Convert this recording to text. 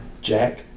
Jack